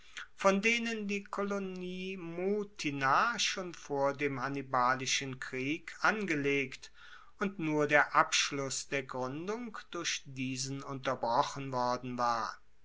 von denen die kolonie mutina schon vor dem hannibalischen krieg angelegt und nur der abschluss der gruendung durch diesen unterbrochen worden war